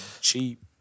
cheap